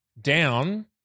down